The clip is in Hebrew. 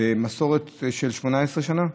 זו מסורת של 18 שנה,